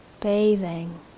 Bathing